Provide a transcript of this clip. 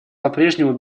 попрежнему